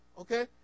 Okay